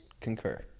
concur